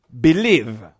believe